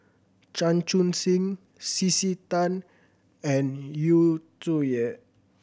Chan Chun Sing C C Tan and Yu Zhuye